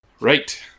Right